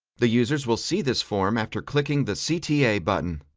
the users will see this form after clicking the cta button.